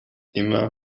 immer